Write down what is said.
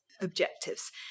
objectives